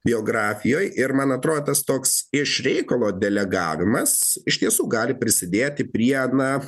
biografijoje ir man atrodo toks iš reikalo delegavimas iš tiesų gali prisidėti prie na